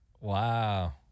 wow